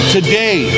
Today